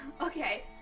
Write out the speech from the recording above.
Okay